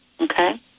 Okay